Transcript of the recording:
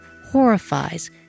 horrifies